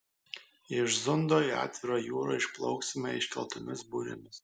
iš zundo į atvirą jūrą išplauksime iškeltomis burėmis